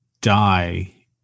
die